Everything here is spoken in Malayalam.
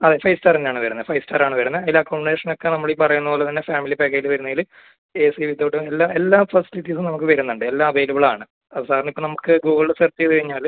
അതെ ഫൈവ് സ്റ്റാർ തന്നെ ആണ് വരുന്നത് ഫൈവ് സ്റ്റാറാണ് വരുന്നത് അതിൽ അക്കോമഡേഷനൊക്കെ നമ്മൾ ഈ പറയുന്ന പോലെ തന്നെ ഫാമിലി പാക്കേജിൽ വരുന്നതിൽ എസി വിതൗട്ട് എല്ലാ എല്ലാ ഫെസിലിറ്റീസും നമുക്ക് വരുന്നുണ്ട് എല്ലാം അവൈലബിളാണ് സാറിന് ഇപ്പോൾ നമുക്ക് ഗൂഗിളിൽ സെർച്ച് ചെയ്ത് കഴിഞ്ഞാൽ